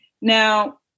Now